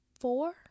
four